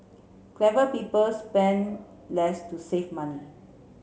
clever people spend less to save money